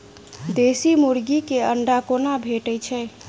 देसी मुर्गी केँ अंडा कोना भेटय छै?